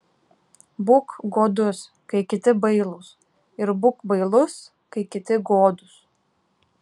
būk godus kai kiti bailūs ir būk bailus kai kiti godūs